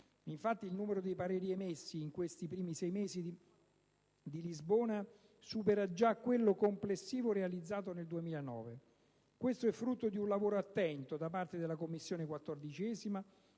Infatti il numero dei pareri emessi in questi primi sei mesi di Lisbona supera già quello complessivo realizzato nel 2009. Questo è frutto di un lavoro attento da parte della Commissione 14a,